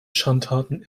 schandtaten